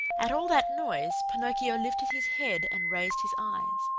at all that noise, pinocchio lifted his head and raised his eyes.